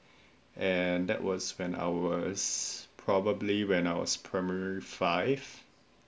and that was when I was probably when I was primary five